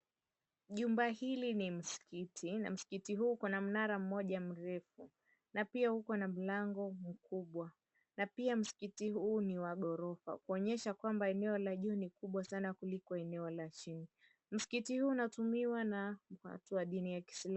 Jumba hili ni msikiti na msikiti huu kuna mnara mmoja mrefu na pia kuna mlango mkubwa na pia msikiti huu ni wa ghorofa kuonyesha eneo la juu ni kubwa sana kuliko eneo la chini. Msikiti huu unatumiwa na watu wa dini la Kiislamu.